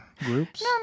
groups